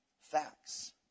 facts